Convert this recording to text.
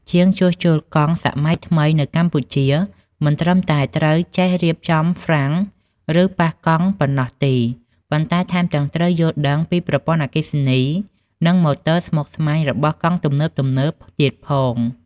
ជាងជួសជុលកង់សម័យថ្មីនៅកម្ពុជាមិនត្រឹមតែត្រូវចេះរៀបចំហ្វ្រាំង ឬប៉ះកង់ប៉ុណ្ណោះទេ ប៉ុន្តែថែមទាំងត្រូវយល់ដឹងអំពីប្រព័ន្ធអគ្គិសនី និងម៉ូទ័រស្មុគស្មាញរបស់កង់ទំនើបៗទៀតផង។